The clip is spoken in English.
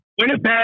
Winnipeg